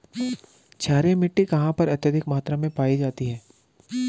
क्षारीय मिट्टी कहां पर अत्यधिक मात्रा में पाई जाती है?